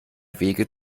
wege